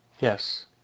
Yes